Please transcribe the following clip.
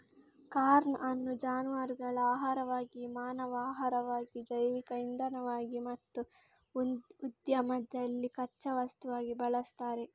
corn ಅನ್ನು ಜಾನುವಾರುಗಳ ಆಹಾರವಾಗಿ, ಮಾನವ ಆಹಾರವಾಗಿ, ಜೈವಿಕ ಇಂಧನವಾಗಿ ಮತ್ತು ಉದ್ಯಮದಲ್ಲಿ ಕಚ್ಚಾ ವಸ್ತುವಾಗಿ ಬಳಸ್ತಾರೆ